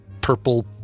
purple